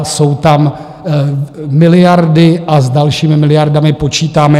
Jsou tam miliardy a s dalšími miliardami počítáme.